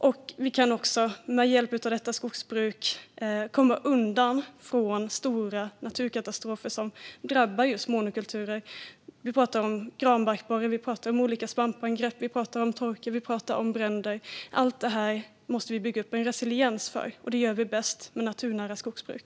Med hjälp av ett sådant skogsbruk kan vi också komma undan stora naturkatastrofer som drabbar just monokulturer. Vi pratar om granbarkborre, olika svampangrepp, torka och bränder. Allt detta måste vi bygga upp en resiliens för, och det gör vi bäst med naturnära skogsbruk.